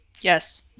Yes